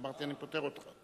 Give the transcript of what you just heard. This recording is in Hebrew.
אמרתי: אני פוטר אותך.